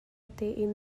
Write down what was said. tein